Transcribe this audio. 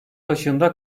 başında